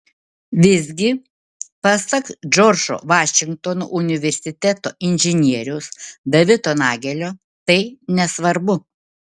visgi pasak džordžo vašingtono universiteto inžinieriaus davido nagelio tai nesvarbu